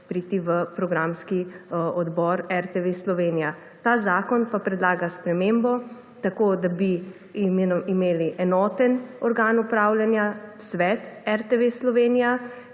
priti v programski odbor RTV Slovenija. Ta zakon pa predlaga spremembo, tako da bi imeli enoten organ upravljanja, svet RTV Slovenija,